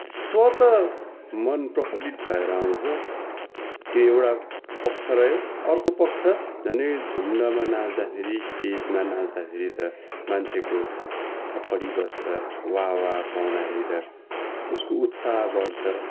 स्वतः मन प्रफुल्लित भएर आउँछ त्यो एउटा पक्ष रह्यो अर्को पक्ष झन झुन्डमा नाच्दाखेरि स्टेजमा नाच्दाखेरि त मान्छेको थपडी बज्छ वाह वाह पाउँदाखेरि त उसको उत्साह बढ्छ